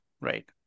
Right